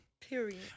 period